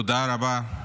תודה רבה,